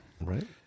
Right